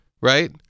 Right